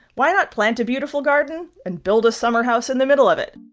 why not plant a beautiful garden and build a summer house in the middle of it?